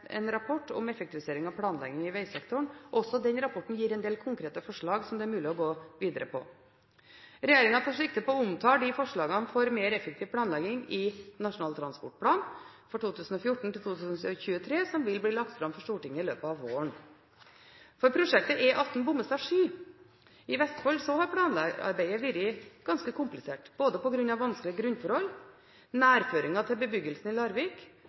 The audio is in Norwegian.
del konkrete forslag som det er mulig å gå videre på. Regjeringen tar sikte på å omtale de forslagene for mer effektiv planlegging i Nasjonal transportplan 2014–2023, som vil bli lagt fram for Stortinget i løpet av våren. For prosjektet E18 Bommestad–Sky i Vestfold har planarbeidet vært ganske komplisert på grunn av både vanskelige grunnforhold, nærføringen til bebyggelsen i Larvik